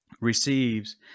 receives